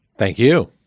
thank you.